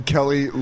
Kelly